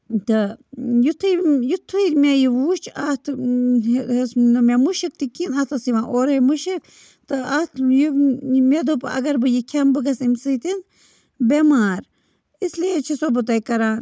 تہٕ یُتھُے یُتھُے مےٚ یہِ وُچھ اَتھ ہیٚژ ہیٚژ نہٕ مےٚ مُشِک تہِ کِہیٖنۍ اَتھ ٲس یِوان اورَے مُشک تہٕ اَتھ یہِ مےٚ دوٚپ اگر بہٕ یہِ کھٮ۪مہٕ بہٕ گٔژھ اَمہِ سۭتۍ بٮ۪مار اِسلیے چھِسو بہٕ تۄہہِ کَران